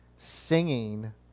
singing